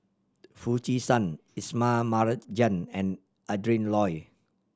Foo Chee San Ismail Marjan and Adrin Loi